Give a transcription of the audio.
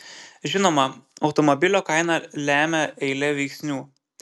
žinoma automobilio kainą lemia eilė veiksnių